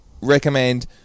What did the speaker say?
recommend